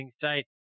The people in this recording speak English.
site